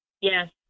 Yes